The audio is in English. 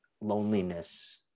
loneliness